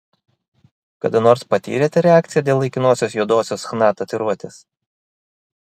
kada nors patyrėte reakciją dėl laikinosios juodosios chna tatuiruotės